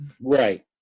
Right